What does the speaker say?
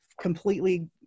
completely